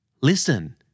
Listen